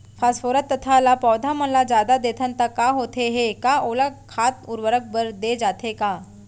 Phosphorus तथा ल पौधा मन ल जादा देथन त का होथे हे, का ओला खाद उर्वरक बर दे जाथे का?